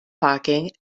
parking